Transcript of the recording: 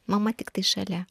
mama tiktai šalia